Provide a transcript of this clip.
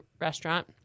restaurant